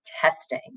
testing